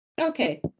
Okay